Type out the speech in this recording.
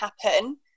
happen